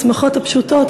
בשמחות הפשוטות,